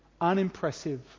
unimpressive